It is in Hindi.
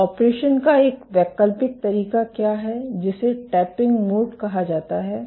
तो ऑपरेशन का एक वैकल्पिक तरीका क्या करता है जिसे टैपिंग मोड कहा जाता है